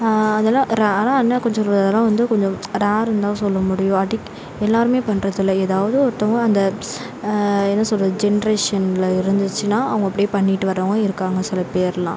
அதலாம் அதலாம் என்ன கொஞ்சம் அதலாம் வந்து கொஞ்சம் ரேர்ருன்னு தான் சொல்ல முடியும் அடிக் எல்லாருமே பண்றது இல்ல எதாவது ஒருத்தங்க அந்த என்ன சொல்கிறது ஜென்ரேஷனில் இருந்துச்சுனா அவங்க அப்படே பண்ணிட்டு வரவங்க இருக்காங் சில பேர்லாம்